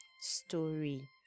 story